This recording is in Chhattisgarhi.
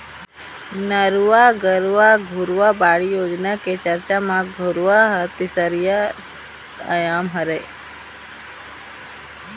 नरूवा, गरूवा, घुरूवा, बाड़ी योजना के चरचा म घुरूवा ह तीसरइया आयाम हरय